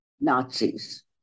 Nazis